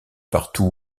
partout